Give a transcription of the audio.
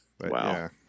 wow